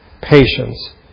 patience